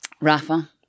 Rafa